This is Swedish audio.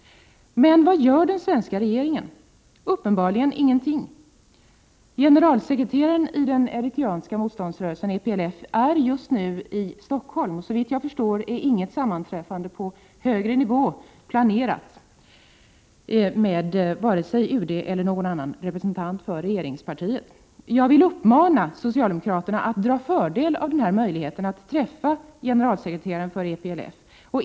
Men vad gör då den svenska regeringen? Uppenbarligen ingenting! Generalsekreteraren i den eritreanska motståndsrörelsen EPLF är just nu i Stockholm. Såvitt jag förstår är inget sammanträffande på högre nivå planerat med vare sig UD eller någon annan representant för regeringspartiet. Jag vill uppmana socialdemokraterna att dra fördel av den här möjligheten att träffa generalsekreteraren för EPLF.